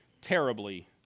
terribly